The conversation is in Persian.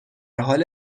حال